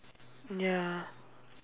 ya